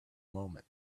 moment